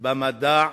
במדע,